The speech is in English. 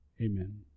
Amen